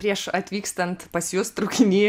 prieš atvykstant pas jus traukinyje